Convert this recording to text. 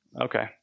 Okay